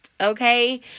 Okay